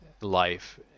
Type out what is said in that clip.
life